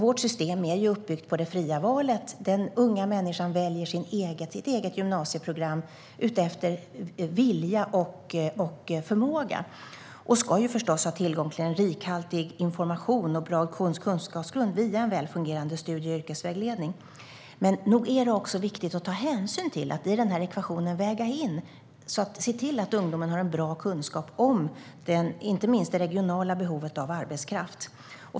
Vårt system är ju uppbyggt på det fria valet - den unga människan väljer sitt eget gymnasieprogram utefter vilja och förmåga. Ungdomen ska förstås ha tillgång till rikhaltig information och en bra kunskapsgrund via en välfungerande studie och yrkesvägledning. Men nog är det också viktigt att i ekvationen väga in och se till att ungdomen har bra kunskap inte minst om det regionala behovet av arbetskraft!